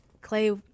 Clay